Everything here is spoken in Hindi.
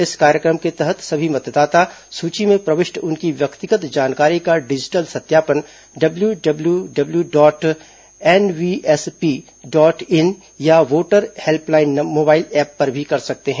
इस कार्यक्रम के तहत सभी मतदाता सूची में प्रविष्ट उनकी व्यक्तिगत जानकारी का डिजिटल सत्यापन W W W dot NVSP dot in या वोटर हेल्पलाइन मोबाइल ऐप पर कर सकते हैं